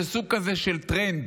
זה סוג כזה של טרנד